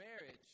marriage